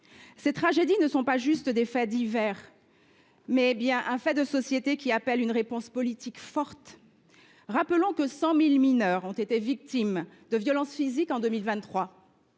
Ces tragédies ne sont pas seulement des faits divers, mais un fait de société qui appelle une réponse politique forte. Rappelons que cent mille mineurs ont été victimes de violences physiques en 2023.